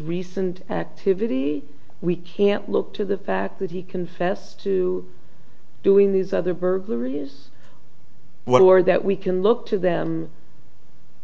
recent activity we can't look to the fact that he confessed to doing these other burglaries one word that we can look to them